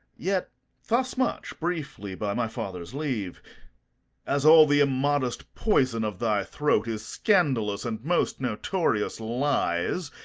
yet thus much, briefly, by my father's leave as all the immodest poison of thy throat is scandalous and most notorious lies,